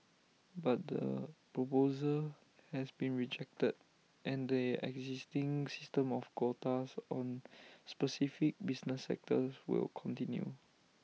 but the proposal has been rejected and the existing system of quotas on specific business sectors will continue